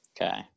Okay